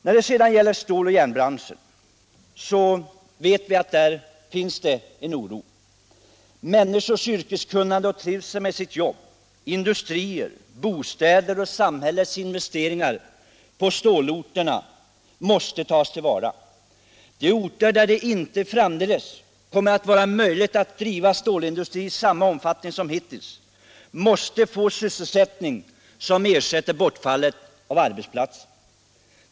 När det sedan gäller stål och järnbranschen vet vi att det där finns en tilltagande oro. Människors yrkeskunnande och trivsel med sitt jobb, industrier, bostäder och samhällets investeringar på stålorterna måste tas till vara. De orter där det inte framdeles kommer att vara möjligt att driva stålindustri i samma omfattning som hittills måste få sysselsättning som ersätter bortfallet av arbetsplatser.